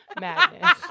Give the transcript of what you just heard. Madness